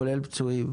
כולל פצועים